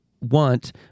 want